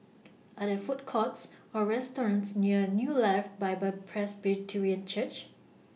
Are There Food Courts Or restaurants near New Life Bible Presbyterian Church